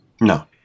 No